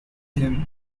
him